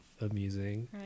amusing